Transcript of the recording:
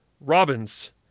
Robins